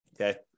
okay